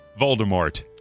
Voldemort